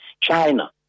China